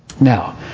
Now